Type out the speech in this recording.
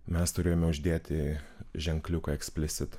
mes turėjome uždėti ženkliuką eksplisid